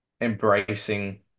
embracing